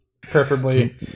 preferably